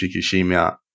Shikishima